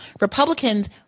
Republicans